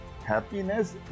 happiness